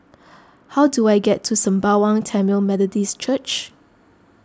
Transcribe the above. how do I get to Sembawang Tamil Methodist Church